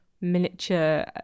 miniature